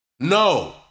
No